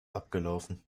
abgelaufen